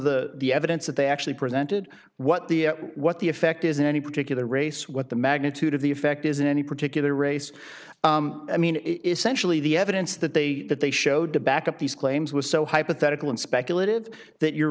the evidence that they actually presented what the what the effect is in any particular race what the magnitude of the effect is in any particular race i mean essentially the evidence that they that they showed to back up these claims was so hypothetical and speculative that you're